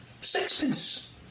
Sixpence